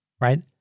right